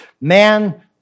man